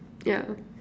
ya